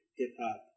hip-hop